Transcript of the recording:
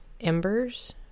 embers